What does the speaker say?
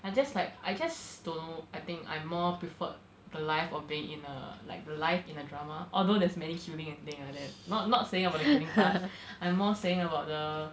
I just like I just don't know I think I more preferred the life of being in a like the life in a drama although there's many killing and things like that not not saying about the killing part I'm more saying about the